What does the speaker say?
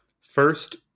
first